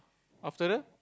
after that